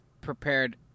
prepared